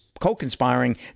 co-conspiring